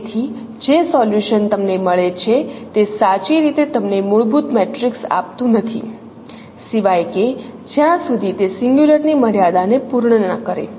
તેથી જે સોલ્યુશન તમને મળે છે તે સાચી રીતે તમને મૂળભૂત મેટ્રિક્સ આપતું નથી સિવાય કે જ્યાં સુધી તે સિંગલ્યુલરની મર્યાદાને પૂર્ણ ન કરે